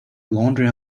laundry